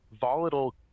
volatile